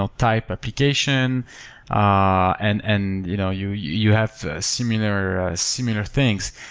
ah type application ah and and you know you you have similar similar things.